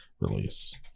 release